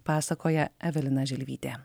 pasakoja evelina želvytė